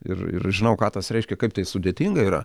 ir ir žinau ką tas reiškia kaip tai sudėtinga yra